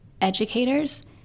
educators